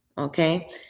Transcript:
Okay